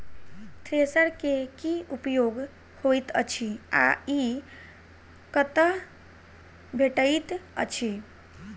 Thresher केँ की उपयोग होइत अछि आ ई कतह भेटइत अछि?